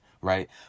right